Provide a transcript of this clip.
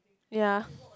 ya